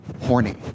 Horny